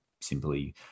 simply